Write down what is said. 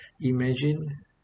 Imagine